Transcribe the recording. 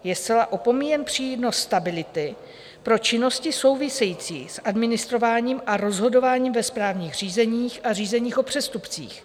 Je zcela opomíjen přínos stability pro činnosti související s administrováním a rozhodováním ve správních řízeních a řízeních o přestupcích.